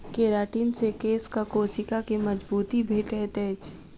keratin से केशक कोशिका के मजबूती भेटैत अछि